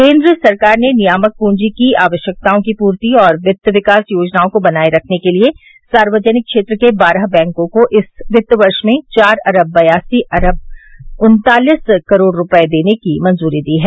केन्द्र सरकार ने नियामक पूंजी आवश्यकताओं की पूर्ति और वित्त विकास योजनाओं को बनाए रखने के लिए सार्वजनिक क्षेत्र के बारह बैंकों को इस वित्त वर्ष में चार खरब बयासी अरब उन्तालिस करोड़ रुपये देने की मंजूरी दी है